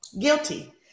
Guilty